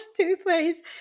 toothpaste